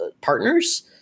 partners